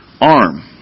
arm